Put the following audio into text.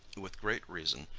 with great reason,